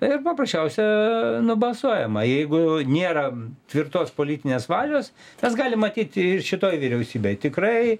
ir paprasčiausia nubalsuojama jeigu nėra tvirtos politinės valios tas gali matyti ir šitoj vyriausybėj tikrai